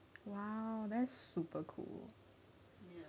!wow! that's super cool